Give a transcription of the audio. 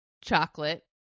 chocolate